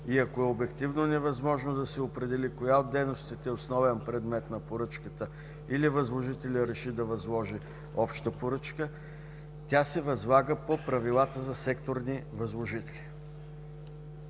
и ако е обективно невъзможно да се определи коя от дейностите е основен предмет на поръчката или възложителят реши да възложи обща поръчка, тя се възлага по правилата за секторни възложители.”